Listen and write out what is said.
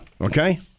okay